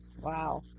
Wow